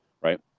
right